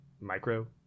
Micro